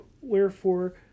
wherefore